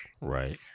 right